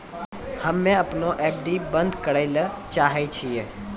हम्मे अपनो एफ.डी बन्द करै ले चाहै छियै